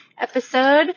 episode